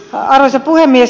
arvoisa puhemies